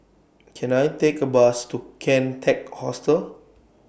Can I Take A Bus to Kian Teck Hostel